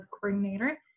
coordinator